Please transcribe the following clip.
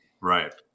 Right